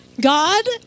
God